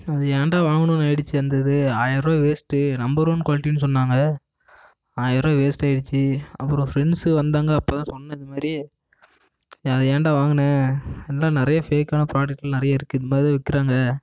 அது ஏன்டா வாங்கினோன்னு ஆகிடுச்சி அந்த இது ஆயிரம் ரூபா வேஸ்ட்டு நம்பர் ஒன் குவாலிட்டின்னு சொன்னாங்க ஆயிரம் ரூபா வேஸ்ட்டாகிடுச்சி அப்புறம் ஃப்ரெண்ட்ஸு வந்தாங்க அப்போ தான் சொன்னேன் இது மாதிரி நீ அதை ஏன்டா வாங்கின எல்லாம் நிறைய ஃபேக்கான ப்ராடக்டெலாம் நிறைய இருக்குது இது மாதிரி தான் விற்கிறாங்க